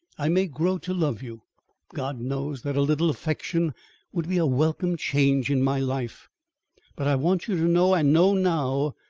i may grow to love you god knows that a little affection would be a welcome change in my life but i want you to know and know now,